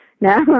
no